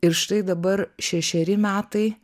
ir štai dabar šešeri metai